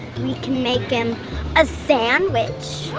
we can make him a sand wich.